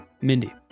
Mindy